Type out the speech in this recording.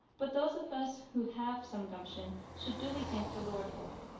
but those of us who have some gumption should duly thank the lord for it.